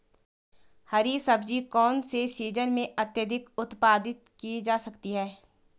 हरी सब्जी कौन से सीजन में अत्यधिक उत्पादित की जा सकती है?